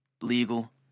legal